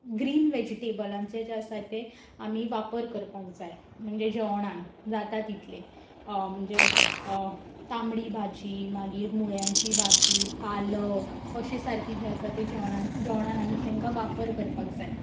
green व्हेजिटेबलांचें जें आसा तें आमी वापर करपाक जाय म्हणजे जेवणांत जाता तितलें म्हणजे तांबडी भाजी मागीर मुळ्यांची भाजी पालक अशी सारकी जी आसा ती जेवणांत जेवणांत आमी तेंकां वापर करपाक जाय